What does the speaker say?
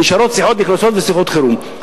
נשארות שיחות נכנסות ושיחות חירום.